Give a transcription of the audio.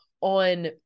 on